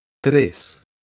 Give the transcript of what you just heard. Tres